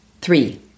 Three